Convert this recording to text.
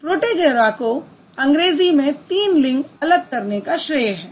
Protagoras को अंग्रेज़ी में 3 लिंग अलग करने का श्रेय है